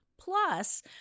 Plus